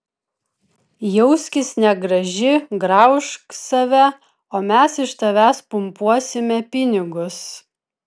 jauskis negraži graužk save o mes iš tavęs pumpuosime pinigus